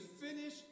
finish